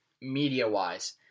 media-wise